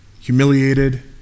humiliated